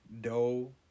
dough